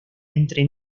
entre